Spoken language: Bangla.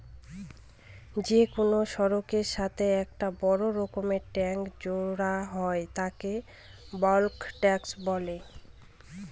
যে কোনো সড়কের সাথে একটা বড় রকমের ট্যাংক জোড়া হয় তাকে বালক ট্যাঁক বলে